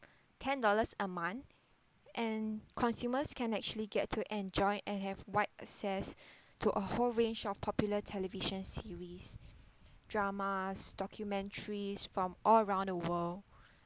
ten dollars a month and consumers can actually get to enjoy and have wide access to a whole range of popular television series dramas documentaries from all around the world